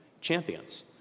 champions